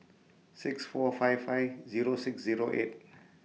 six four five five Zero six Zero eight